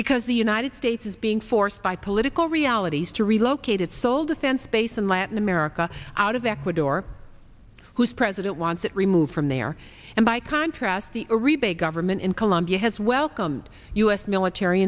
because the united states is being forced by political realities to relocate its sole defense base in latin america out of ecuador whose president wants it removed from there and by contrast aree big government in colombia has welcomed u s military